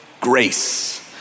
grace